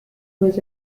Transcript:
was